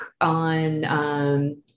on